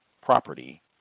property